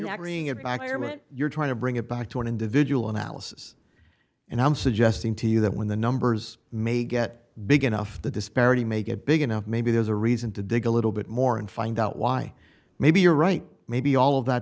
and you're trying to bring it back to an individual analysis and i'm suggesting to you that when the numbers may get big enough the disparity may get big enough maybe there's a reason to dig a little bit more and find out why maybe you're right maybe all of that